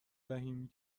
دهیم